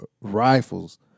rifles